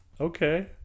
Okay